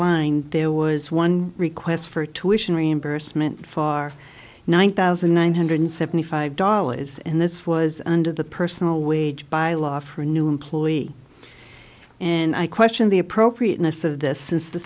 line there was one request for tuition reimbursement far one thousand nine hundred seventy five dollars and this was under the personal wage by law for a new employee and i question the appropriateness of this since the